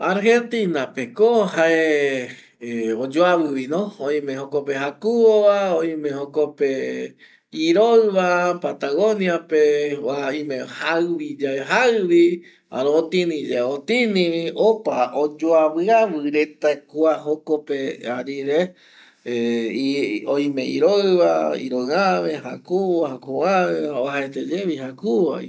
Argentina pe ko oyuavi oime jokope jakuvo oime jokope iroiva patagonia pe kua oime jaïvi ye jaïvi jare otini ye otinivi, opa oyuaviavi reta kua jokope arire ˂hesitation˃ oime iroi va iroi äve, jakuvo, jakuvo äve va uajaete ye vi jakuvo yave